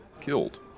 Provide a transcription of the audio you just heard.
killed